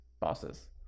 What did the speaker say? bosses